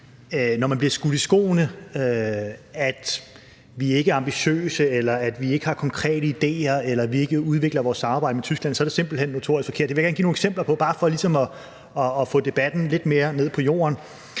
når man bliver skudt i skoene, at vi ikke er ambitiøse, eller at vi ikke har konkrete idéer, eller at vi ikke udvikler vores samarbejde med Tyskland, så er det simpelt hen notorisk forkert. Det vil jeg gerne give nogle eksempler på, bare for ligesom at få debatten lidt mere ned på jorden.